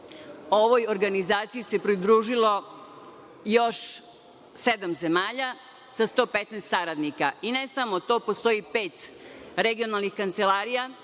ovoj organizaciji se pridružilo još sedam zemalja sa 115 saradnika i ne samo to, postoji pet regionalnih kancelarija